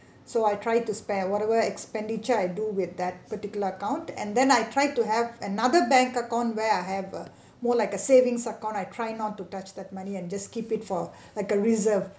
so I try to spare whatever expenditure I do with that particular account and then and then I try to have another bank account where I have uh more like a savings account I try not to touch that money and just keep it for like a reserve